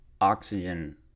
oxygen